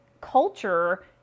culture